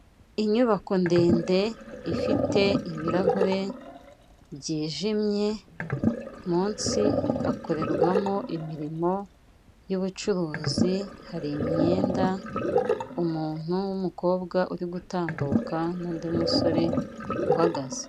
Inyubako ndende ifite ibirahure byijimye, munsi hakorerwamo imirimo y'ubucuruzi, hari imyenda, umuntu w'umukobwa uri gutambuka n'undi musore uhagaze.